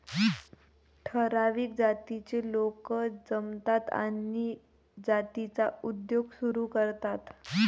ठराविक जातीचे लोक जमतात आणि जातीचा उद्योग सुरू करतात